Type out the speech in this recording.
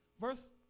verse